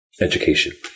education